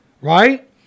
right